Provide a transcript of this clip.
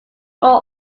all